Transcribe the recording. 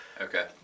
Okay